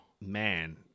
man